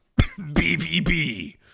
BVB